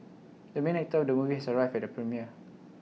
the main actor of the movie has arrived at the premiere